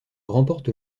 remporte